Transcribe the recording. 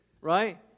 right